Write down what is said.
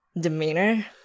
demeanor